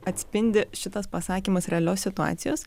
atspindi šitas pasakymas realios situacijos